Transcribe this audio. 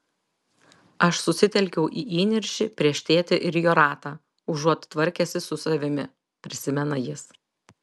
aš susitelkiau į įniršį prieš tėtį ir jo ratą užuot tvarkęsis su savimi prisimena jis